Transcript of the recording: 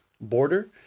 border